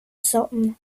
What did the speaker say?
sån